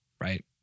Right